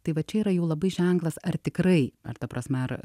tai va čia yra jau labai ženklas ar tikrai ar ta prasme ar